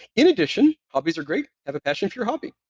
in addition, hobbies are great. have a passion for your hobby.